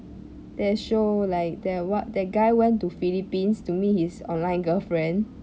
that show like that what that guy went to philippines to meet his online girlfriend